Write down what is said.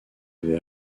avait